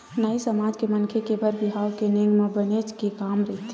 नाई समाज के मनखे के बर बिहाव के नेंग म बनेच के काम रहिथे